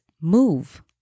move